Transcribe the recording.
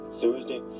Thursday